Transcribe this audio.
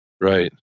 Right